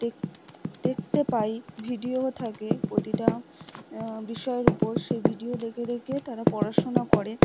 দেখতে পায় ভিডিও থাকে প্রতিটা বিষয়ের উপর সেই ভিডিও দেখে দেখে তারা পড়াশোনা করে